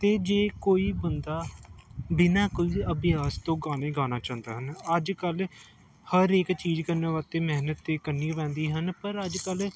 ਅਤੇ ਜੇ ਕੋਈ ਬੰਦਾ ਬਿਨਾਂ ਕੁਝ ਅਭਿਆਸ ਤੋਂ ਗਾਣੇ ਗਾਉਣਾ ਚਾਹੁੰਦਾ ਹਨ ਅੱਜ ਕੱਲ੍ਹ ਹਰ ਇੱਕ ਚੀਜ਼ ਕਰਨ ਵਾਸਤੇ ਮਿਹਨਤ ਤਾਂ ਕਰਨੀ ਪੈਂਦੀ ਹਨ ਪਰ ਅੱਜ ਕੱਲ੍ਹ